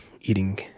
eating